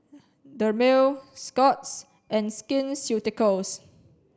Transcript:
Dermale Scott's and Skin Ceuticals